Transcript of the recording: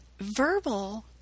verbal